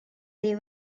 they